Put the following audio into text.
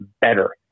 better